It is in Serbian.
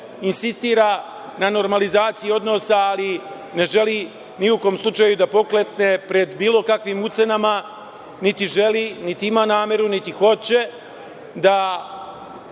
insistira na normalizaciji odnosa, ali ne želi ni u kom slučaju da poklekne pred bilo kakvim ucenama, niti želi, niti ima nameru, niti hoće da